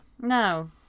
no